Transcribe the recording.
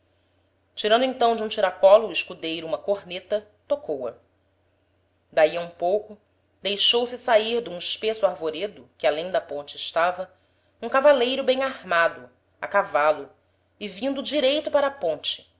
tirando então de um tiracolo o escudeiro uma corneta tocou a dahi a um pouco deixou-se sair d'um espesso arvoredo que alem da ponte estava um cavaleiro bem armado a cavalo e vindo direito para a ponte